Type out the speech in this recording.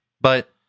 But-